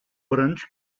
brunch